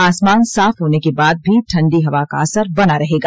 आसमान साफ होने के बाद भी ठंडी हवा का असर बना रहेगा